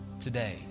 Today